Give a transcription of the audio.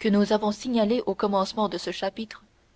que nous avons signalés au commencement de ce chapitre